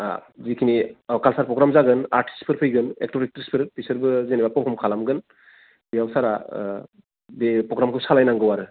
आ जिखिनि औ कालसार प्रग्राम जागोन आर्टिसफोर फैगोन एकटर एकट्रिसफोर बिसोरबो जेनेबा फारफर्म खालामगोन बेयाव सारा ओह बे प्रग्रामखौ सालायनांगौ आरो